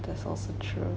that's also true